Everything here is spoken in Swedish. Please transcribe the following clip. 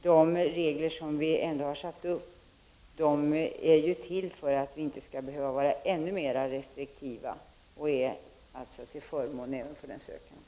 De regler som finns är ju till för att vi inte skall behöva vara ännu mera restriktiva och är alltså till fördel även för den sökande.